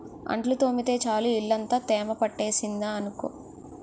అంట్లు తోమితే చాలు ఇల్లంతా తేమ పట్టేసింది అనుకో